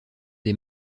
des